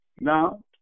now